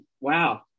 Wow